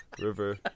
river